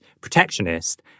protectionist